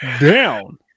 down